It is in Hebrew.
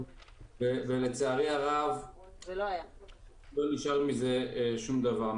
ולצערי הרב לא נשאר מזה שום דבר.